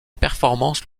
performances